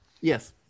Yes